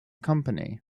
company